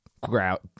grout